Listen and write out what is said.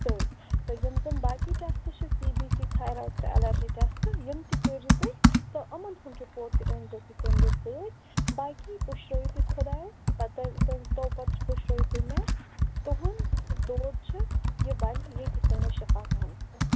سۭتۍ تہٕ یِم زَن باقی ٹٮ۪سٹ چھِ سی بی سی تھایرایِڈ تہٕ اٮ۪لَرجی ٹٮ۪سٹ یِم تہِ کٔرۍزیو تُہۍ تہٕ یِمَن ہُنٛد رِپوٹ تہِ أنۍزیو تُہۍ تَمۍ دۄہ سۭتۍ باقی پٕشرٲیِو تُہۍ خۄدایَس پَتہٕ توپَتہٕ پٕشرٲیِو تُہۍ مےٚ تُہُنٛد دود چھُ یہِ بَلہِ ییٚتی سٲنِس شِفا خانَس پٮ۪ٹھ